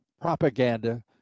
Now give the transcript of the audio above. propaganda